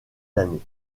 d’années